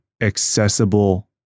accessible